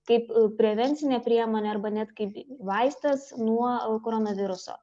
kaip prevencinė priemonė arba net kaip vaistas nuo koronaviruso